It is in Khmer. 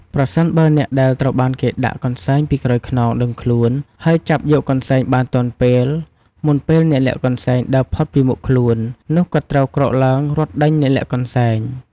ប្រសិនបើអ្នកដែលត្រូវបានគេដាក់កន្សែងពីក្រោយខ្នង ដឹងខ្លួន ហើយចាប់យកកន្សែងបានទាន់ពេល មុនពេលអ្នកលាក់កន្សែងដើរផុតពីមុខខ្លួន នោះគាត់ត្រូវក្រោកឡើងរត់ដេញអ្នកលាក់កន្សែង។